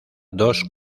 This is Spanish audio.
dos